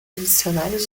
dicionários